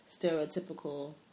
stereotypical